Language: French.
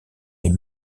les